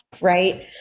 right